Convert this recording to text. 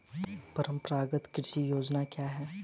परंपरागत कृषि विकास योजना क्या है?